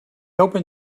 opened